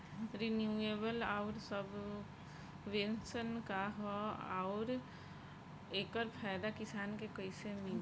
Renewable आउर subvention का ह आउर एकर फायदा किसान के कइसे मिली?